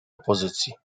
opozycji